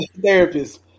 therapist